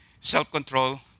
Self-control